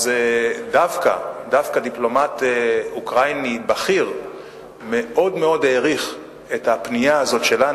דווקא דיפלומט אוקראיני בכיר מאוד מאוד העריך את הפנייה הזאת שלנו.